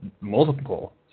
multiple